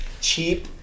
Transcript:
cheap